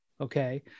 okay